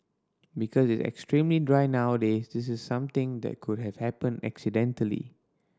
because it's extremely dry nowadays this is something that could have happened accidentally